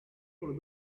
por